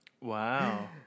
Wow